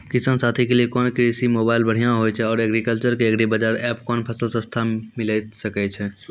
किसान साथी के लिए कोन कृषि मोबाइल बढ़िया होय छै आर एग्रीकल्चर के एग्रीबाजार एप कोन फसल सस्ता मिलैल सकै छै?